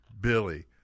Billy